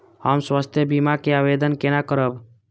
हम स्वास्थ्य बीमा के आवेदन केना करब?